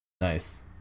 Nice